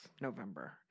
November